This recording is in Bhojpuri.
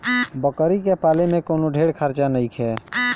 बकरी के पाले में कवनो ढेर खर्चा नईखे